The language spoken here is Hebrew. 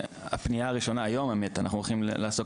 הפנייה הראשונה היום האמת אנחנו הולכים לעסוק